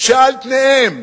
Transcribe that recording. שעל פניהן,